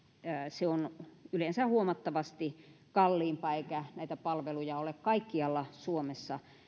se on yleensä huomattavasti kalliimpaa eikä näitä palveluja ole kaikkialla suomessa